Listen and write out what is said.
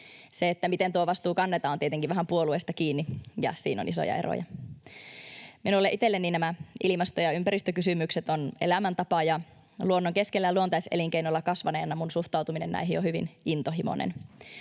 Se, miten tuo vastuu kannetaan, on tietenkin vähän puolueesta kiinni, ja siinä on isoja eroja. Minulle itselleni nämä ilmasto- ja ympäristökysymykset ovat elämäntapa. Ja luonnon keskellä luontaiselinkeinolla kasvaneena minun suhtautumiseni näihin on hyvin intohimoinen.